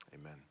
Amen